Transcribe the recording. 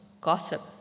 gossip